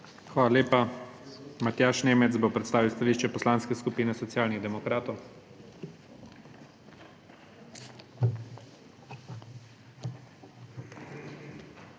Hvala lepa. Matjaž Nemec bo predstavil stališče Poslanske skupine Socialnih demokratov.